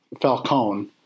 Falcone